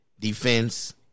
defense